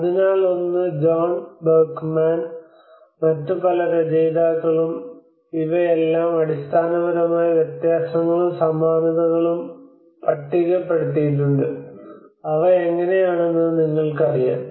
അതിനാൽ ഒന്ന് John Berkman മറ്റ് പല രചയിതാക്കളും ഇവയെല്ലാം അടിസ്ഥാനപരമായ വ്യത്യാസങ്ങളും സമാനതകളും പട്ടികപ്പെടുത്തിയിട്ടുണ്ട് അവ എങ്ങനെയാണെന്നത് നിങ്ങൾക്കറിയാം